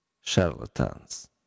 charlatans